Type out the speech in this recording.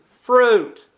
fruit